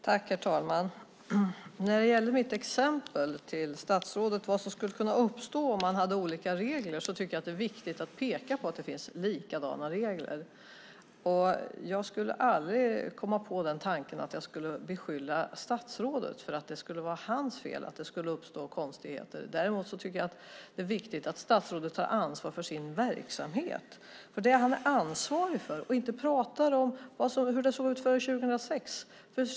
Herr talman! När det gäller mitt exempel till statsrådet på vad som skulle kunna uppstå om man har olika regler är det viktigt att peka på att det finns likadana regler. Jag skulle aldrig komma på tanken att beskylla statsrådet för de konstigheter som skulle kunna uppstå. Däremot tycker jag att det viktigt att statsrådet tar ansvar för sin verksamhet och inte pratar om hur det såg ut före 2006.